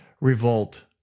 revolt